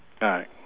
right